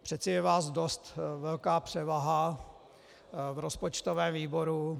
Přece je vás dost velká převaha v rozpočtovém výboru.